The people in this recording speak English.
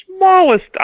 smallest